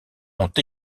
ont